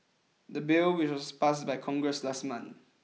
the bill which was passed by Congress last month